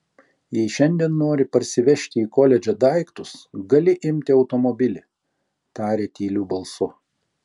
jei šiandien nori parsivežti į koledžą daiktus gali imti automobilį tarė tyliu balsu